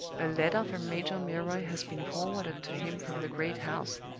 a letter from major milroy has been forwarded to him from the great house,